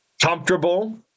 comfortable